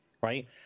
right